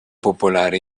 popolare